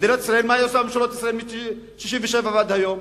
מה עושות ממשלות ישראל מ-1967 ועד היום?